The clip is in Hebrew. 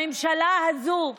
הממשלה הזו,